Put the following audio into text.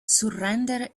surrender